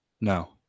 No